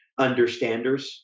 understanders